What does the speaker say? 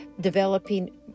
developing